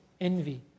envy